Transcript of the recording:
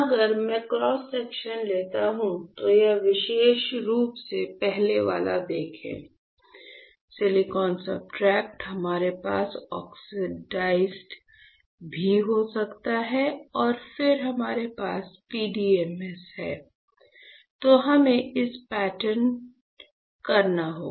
अगर मैं cross section लेता हूं तो यह विशेष रूप से पहले वाला देखें सिलिकॉन सब्सट्रेट हमारे पास ऑक्साइड भी हो सकता है और फिर हमारे पास PDMS है तो हमें इसे पैटर्न करना होगा